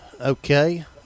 okay